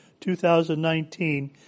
2019